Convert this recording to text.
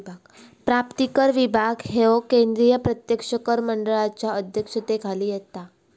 प्राप्तिकर विभाग ह्यो केंद्रीय प्रत्यक्ष कर मंडळाच्या अध्यक्षतेखाली येता